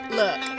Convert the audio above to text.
look